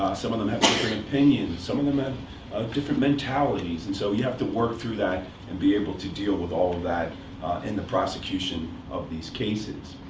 some of them have different opinions. some of them and have different mentalities. and so you have to work through that and be able to deal with all of that in the prosecution of these cases.